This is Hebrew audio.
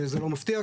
זה לא מפתיע,